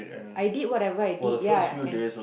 I did whatever I did ya I can